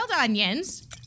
onions